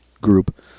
group